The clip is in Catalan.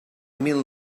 mil